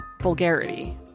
vulgarity